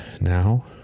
Now